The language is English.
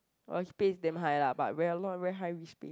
pay damn high lah but very a lot very high risk pay